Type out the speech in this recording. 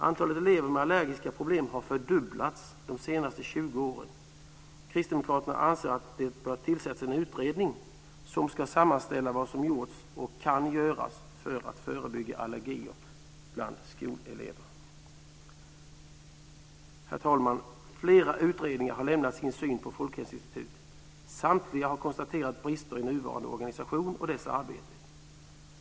Antalet elever med allergiska problem har fördubblats de senaste 20 åren. Herr talman! Flera utredningar har lämnat sin syn på Folkhälsoinstitutet. Samtliga har konstaterat brister i nuvarande organisation och dess arbete.